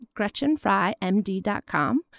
GretchenFryMD.com